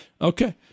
Okay